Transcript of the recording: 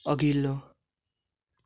अघिल्लो